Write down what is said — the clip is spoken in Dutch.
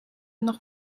nog